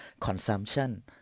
consumption